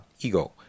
ego